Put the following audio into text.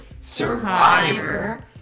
Survivor